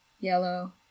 yellow